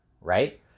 right